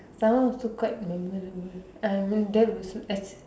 that one also quite memorable I mean that was actual